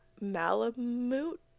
malamute